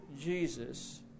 Jesus